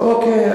אוקיי,